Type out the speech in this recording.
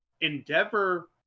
Endeavor